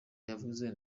yavuzwe